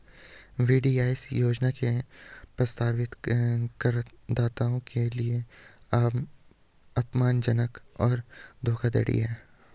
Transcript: VDIS योजना वास्तविक करदाताओं के लिए अपमानजनक और धोखाधड़ी है